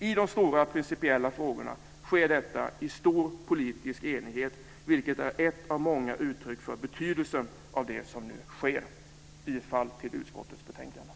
I de stora och principiella frågorna sker detta i stor politisk enighet, vilket är ett av många uttryck för betydelsen av det som nu sker. Jag yrkar bifall till förslaget i betänkandet.